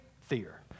fear